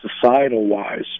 societal-wise